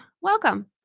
welcome